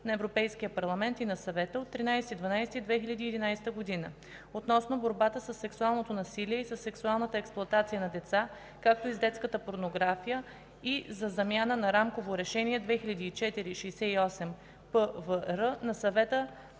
на Европейския парламент и на Съвета от 13 декември 2011 г. относно борбата със сексуалното насилие и със сексуалната експлоатация на деца, както и с детската порнография и за замяна на Рамково решение 2004/68/ПВР на Съвета,